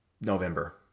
November